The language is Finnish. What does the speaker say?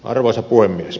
arvoisa puhemies